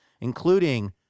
including